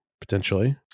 potentially